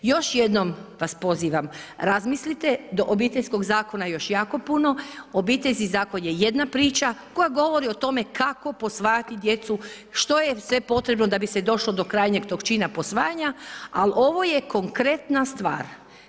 Još jednom vas pozivam, razmislite, do Obiteljskog zakona je još jako puno, Obiteljski zakon je jedna priča koja govori o tome kako posvajati djecu, što je sve potrebno da bi se došlo do krajnjeg tog čina posvajanja ali ovo je konkretna stvar.